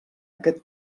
aquest